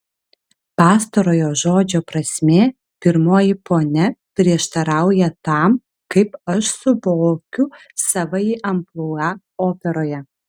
pastarojo žodžio prasmė pirmoji ponia prieštarauja tam kaip aš suvokiu savąjį amplua operoje